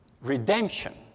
redemption